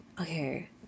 Okay